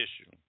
issue